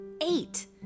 Eight